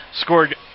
scored